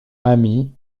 amy